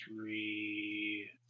three